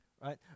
right